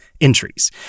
entries